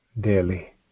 daily